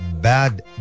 bad